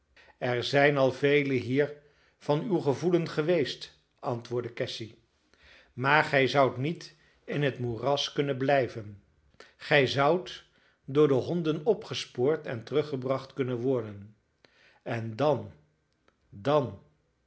er zijn al velen hier van uw gevoelen geweest antwoordde cassy maar gij zoudt niet in het moeras kunnen blijven gij zoudt door de honden opgespoord en teruggebracht kunnen worden en dan dan wat zou hij dan